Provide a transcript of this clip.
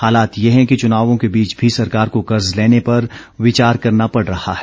हालात ये हैं कि चुनावों के बीच भी सरकार को कर्ज लेने पर विचार करना पड़ रहा है